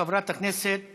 חברת הכנסת